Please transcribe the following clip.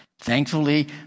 Thankfully